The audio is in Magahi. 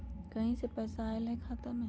कहीं से पैसा आएल हैं खाता में?